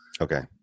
Okay